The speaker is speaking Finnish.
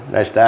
näistä